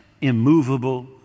immovable